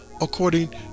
according